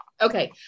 Okay